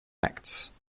acts